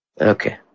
Okay